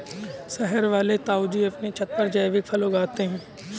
शहर वाले ताऊजी अपने छत पर जैविक फल उगाते हैं